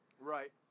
Right